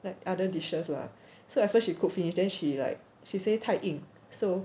like other dishes lah so at first she cook finish then she like she say 太硬 so